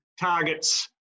targets